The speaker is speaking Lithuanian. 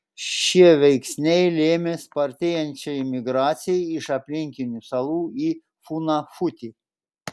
šie veiksniai lėmė spartėjančią imigraciją iš aplinkinių salų į funafutį